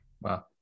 wow